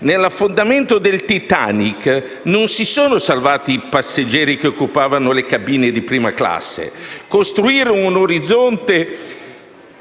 Nell'affondamento del Titanic non si sono salvati i passeggeri che occupavano le cabine di prima classe. Costruire un orizzonte